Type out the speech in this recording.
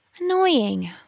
annoying